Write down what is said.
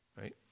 Right